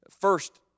first